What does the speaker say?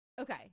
okay